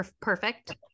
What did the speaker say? perfect